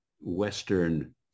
western